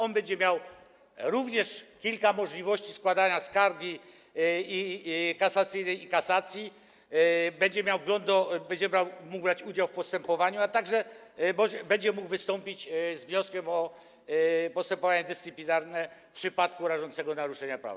On będzie miał również kilka możliwości składania skargi kasacyjnej i kasacji, będzie miał wgląd, będzie mógł brać udział w postępowaniu, a także będzie mógł wystąpić z wnioskiem o postępowanie dyscyplinarne w przypadku rażącego naruszenia prawa.